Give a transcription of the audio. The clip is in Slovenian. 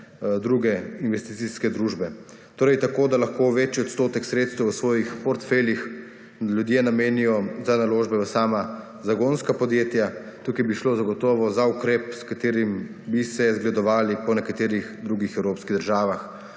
druge investicijske družbe. Torej tako, da lahko večji odstotek sredstev v svojih portfeljih ljudje namenijo za naložbe v sama zagonska podjetja, tukaj bi šlo zagotovo za ukrep s katerim bi se zgledovali po nekaterih drugih evropskih državah